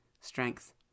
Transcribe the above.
strength